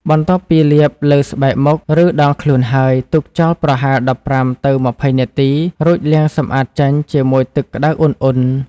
បន្ទាប់ពីលាបលើស្បែកមុខ ឬដងខ្លួនហើយ ទុកចោលប្រហែល ១៥ ទៅ ២០ នាទី រួចលាងសម្អាតចេញជាមួយទឹកក្តៅឧណ្ហៗ។